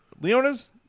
Leona's